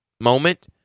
moment